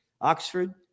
Oxford